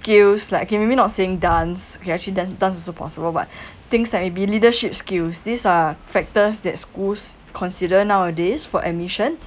skills like okay maybe not saying dance okay actually dance dance is impossible what but things that will be leadership skills these are factors that schools consider nowadays for admission